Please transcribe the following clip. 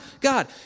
God